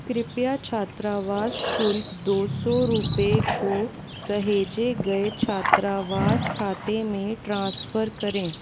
कृपया छात्रावास शुल्क दो सौ रुपये को सहेजे गए छात्रावास खाते में ट्रांसफ़र करें